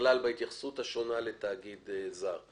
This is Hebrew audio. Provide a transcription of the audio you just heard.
בכלל בהתייחסות השונה לתאגיד זר.